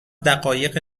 دقایق